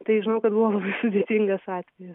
tai žinau kad buvo sudėtingas atvejis